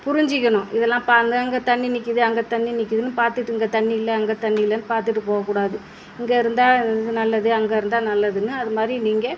புரிஞ்சுக்கணும் இதெல்லாம் பா அங்கங்கே தண்ணி நிற்கிது அங்கே தண்ணி நிற்கிதுன்னு பார்த்துக்கிட்டு இங்கே தண்ணி இல்லை அங்கே தண்ணி இல்லைனு பார்த்துட்டு போகக் கூடாது இங்கே இருந்தால் இது நல்லது அங்கே இருந்தால் நல்லதுனு அது மாதிரி நீங்கள்